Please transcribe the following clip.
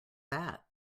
that